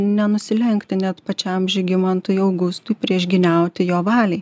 nenusilenkti net pačiam žygimantui augustui priešgyniauti jo valiai